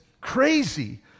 crazy